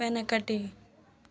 వెనకటి